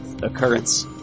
Occurrence